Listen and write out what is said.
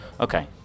Okay